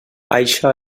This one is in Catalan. això